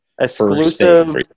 Exclusive